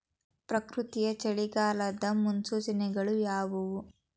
ಪ್ರಕೃತಿಯ ಚಳಿಗಾಲದ ಮುನ್ಸೂಚನೆಗಳು ಯಾವುವು?